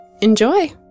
enjoy